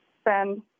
spend